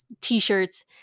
t-shirts